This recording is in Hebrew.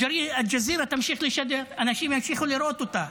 אל-ג'זירה תמשיך לשדר, אנשים ימשיכו לראות אותה,